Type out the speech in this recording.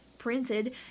Printed